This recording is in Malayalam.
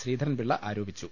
ശ്രീധ രൻപിള്ള ആരോപിച്ചു